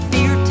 Fear